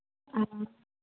हाँ